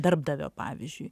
darbdavio pavyzdžiui